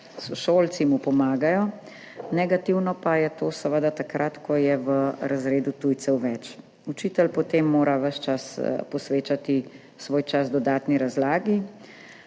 sošolci, mu pomagajo, negativno pa je to seveda takrat, ko je v razredu več tujcev. Učitelj mora potem ves čas posvečati svoj čas dodatni razlagi,